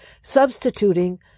substituting